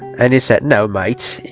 and he said no, mate!